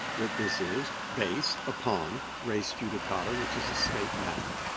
that this is based upon res judicata, which is a state matter.